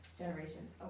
generations